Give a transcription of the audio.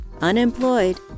unemployed